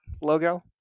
logo